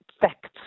facts